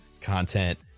content